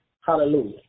Hallelujah